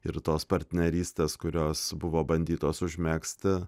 ir tos partnerystės kurios buvo bandytos užmegzti